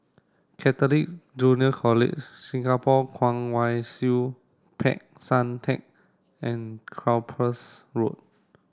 Catholic Junior College Singapore Kwong Wai Siew Peck San Theng and Cyprus Road